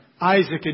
Isaac